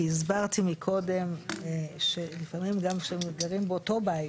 כי הסברתי מקודם שלפעמים גם כשגרים באותו בית,